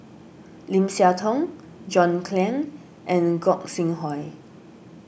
Lim Siah Tong John Clang and Gog Sing Hooi